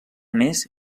més